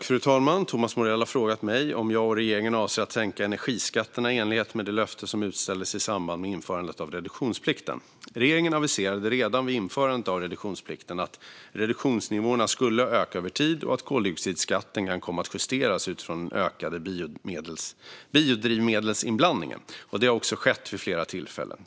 Fru talman! har frågat mig om jag och regeringen avser att sänka energiskatterna i enlighet med det löfte som utställdes i samband med införandet av reduktionsplikten. Regeringen aviserade redan vid införandet av reduktionsplikten att reduktionsnivåerna skulle öka över tid och att koldioxidskatten kan komma att justeras utifrån den ökade biodrivmedelsinblandningen, och det har också skett vid flera tillfällen.